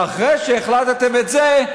ואחרי שהחלטתם את זה,